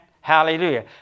Hallelujah